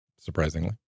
surprisingly